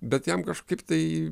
bet jam kažkaip tai